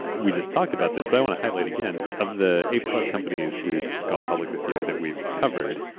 we just talked about this but i want to highlight again, of the a plus companies who had gone public this year that weaeurve covered.